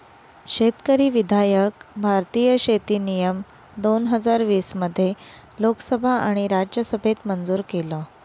शेतकरी विधायक भारतीय शेती नियम दोन हजार वीस मध्ये लोकसभा आणि राज्यसभेत मंजूर केलं